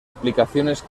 aplicaciones